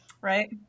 Right